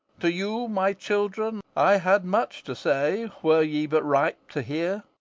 to you, my children i had much to say, were ye but ripe to hear.